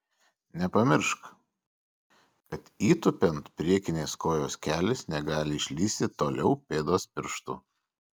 nepamiršk kad įtūpiant priekinės kojos kelis negali išlįsti toliau pėdos pirštų